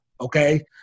okay